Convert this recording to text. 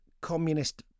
communist